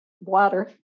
water